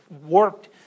warped